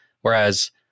Whereas